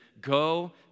go